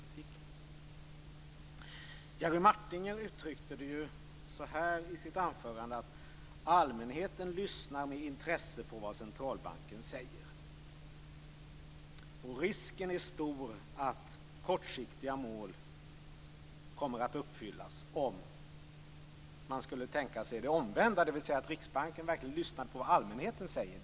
Jerry Martinger uttryckte det så här i sitt anförande: Allmänheten lyssnar med intresse på vad centralbanken säger. Risken är stor att kortsiktiga mål kommer att uppfyllas om man skulle tänka sig det omvända, dvs. om Riksbanken verkligen lyssnade på vad allmänheten säger.